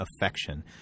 affection